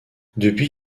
depuis